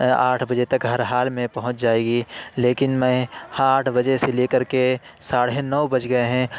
آٹھ بجے تک ہر حال میں پہنچ جائے گی لیکن میں آٹھ بجے سے لے کر کے ساڑھے نو بج گئے ہیں